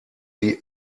sie